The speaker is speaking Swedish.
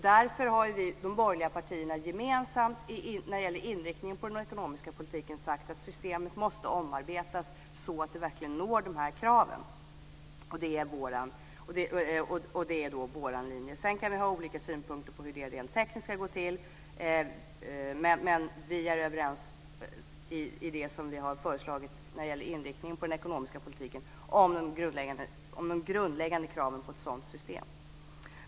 Därför har vi i de borgerliga partierna när det gäller inriktningen på den ekonomiska politiken gemensamt sagt att systemet måste omarbetas så att dessa krav verkligen uppnås. Det är vår linje. Sedan kan vi ha olika synpunkter på hur det rent tekniskt ska gå till, men vi är överens om förslaget till inriktning på den ekonomiska politiken och om de grundläggande kraven på ett sådant system.